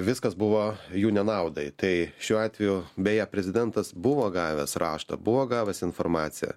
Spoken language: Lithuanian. viskas buvo jų nenaudai tai šiuo atveju beje prezidentas buvo gavęs raštą buvo gavęs informaciją